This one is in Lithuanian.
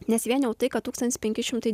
nes vien tai kad tūkstantis penki šimtai